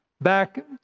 back